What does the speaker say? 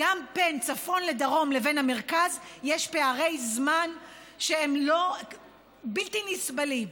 גם בין צפון ודרום לבין המרכז יש פערי זמן שהם בלתי נסבלים.